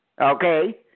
okay